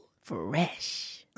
Fresh